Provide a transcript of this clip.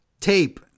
tape